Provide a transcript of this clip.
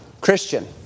Christian